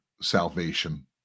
salvation